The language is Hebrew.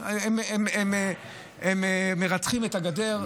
הם מרתכים את הגדר.